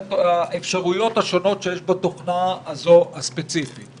האפשרויות השונות שיש בתוכנה הספציפית הזו.